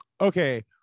okay